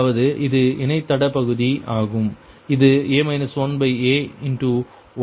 அதாவது இது இணைத்தட பகுதி ஆகும் அது a 1aypq ஆகும்